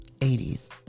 80's